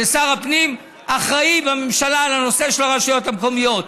ושר הפנים אחראי בממשלה לנושא של הרשויות המקומיות.